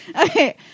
Okay